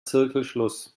zirkelschluss